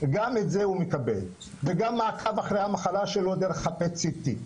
גם את זה הוא מקבל וגם מעקב אחרי המחלה שלו דרך הפט סיטי,